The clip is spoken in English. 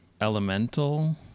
Elemental